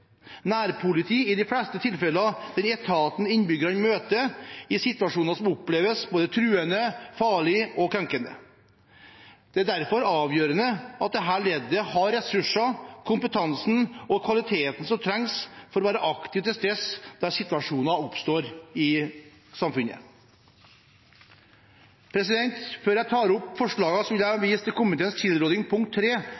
Nærpoliti er i de fleste tilfeller den etaten innbyggerne møter i situasjoner som oppleves truende, farlige og krenkende. Det er derfor avgjørende at dette leddet har ressursene, kompetansen og kvaliteten som trengs for å være aktivt til stede der situasjoner oppstår i samfunnet. Før jeg tar opp forslagene, vil jeg